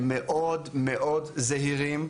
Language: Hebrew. הם מאוד זהירים.